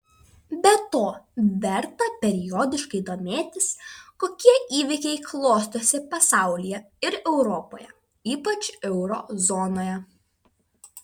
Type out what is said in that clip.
be to verta periodiškai domėtis kokie įvykiai klostosi pasaulyje ir europoje ypač euro zonoje